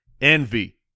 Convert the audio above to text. Envy